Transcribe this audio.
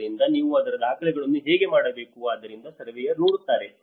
ಆದ್ದರಿಂದ ನೀವು ಅದರ ದಾಖಲೆಯನ್ನು ಹೇಗೆ ಮಾಡಬೇಕು ಆದ್ದರಿಂದ ಸರ್ವೇಯರ್ ನೋಡುತ್ತಾರೆ